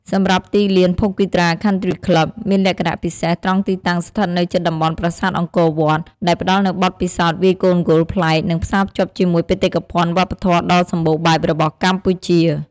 សម្រាប់ទីលាន Phokeethra Country Club មានលក្ខណៈពិសេសត្រង់ទីតាំងស្ថិតនៅជិតតំបន់ប្រាសាទអង្គរវត្ត ដែលផ្ដល់នូវបទពិសោធន៍វាយកូនហ្គោលប្លែក និងផ្សារភ្ជាប់ជាមួយបេតិកភណ្ឌវប្បធម៌ដ៏សម្បូរបែបរបស់កម្ពុជា។